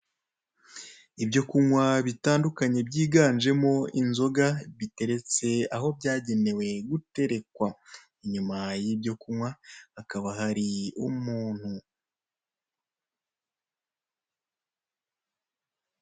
Ibyo kunywa bitandukanye byiganjemo inzoga, biteretse aho byagenewe guterekwa. Inyuma y'ibyo kunywa hakaba hari umuntu.